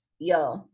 yo